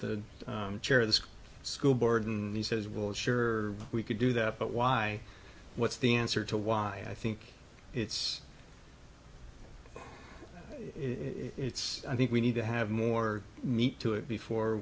the chair the school board and he says well sure we could do that but why what's the answer to why i think it's it's i think we need to have more meat to it before